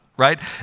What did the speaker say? right